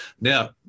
Now